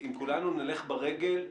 אם כולנו נלך ברגל,